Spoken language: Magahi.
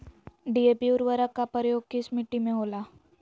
डी.ए.पी उर्वरक का प्रयोग किस मिट्टी में होला?